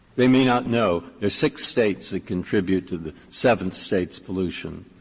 they may not know. there's six states that contribute to the seventh state's pollution,